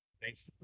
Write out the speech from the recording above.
Thanks